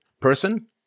person